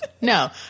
No